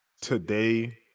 today